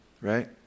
right